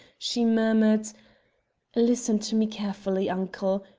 she murmured listen to me carefully, uncle.